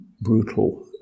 brutal